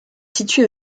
située